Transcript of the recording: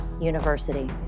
University